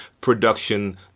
production